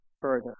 further